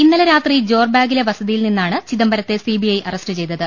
ഇന്നലെ രാത്രി ജോർബാഗിലെ വസതിയിൽ നിന്നാണ് ചിദം ബരത്തെ സിബിഐ അറസ്റ്റു ചെയ്തത്